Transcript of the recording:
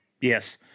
Yes